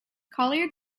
collier